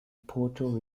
puerto